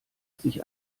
sich